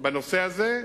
בנושא הזה.